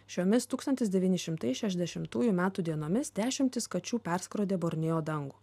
šiomis tūkstantis devyni šimtai šešiasdešimtųjų metų dienomis dešimtys kačių perskrodė borneo dangų